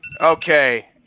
Okay